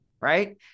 right